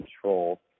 control